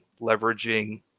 leveraging